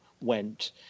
went